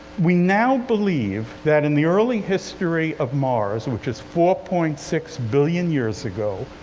we now believe that in the early history of mars, which is four point six billion years ago,